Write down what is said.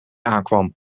aankwam